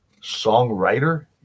songwriter